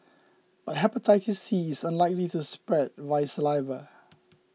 but Hepatitis C is unlikely to spread via saliva